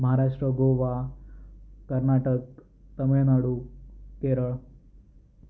Maharashtra Goa Karnataka Tamil Nadu Kerala